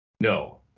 No